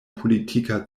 politika